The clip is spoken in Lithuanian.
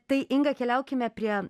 tai inga keliaukime prie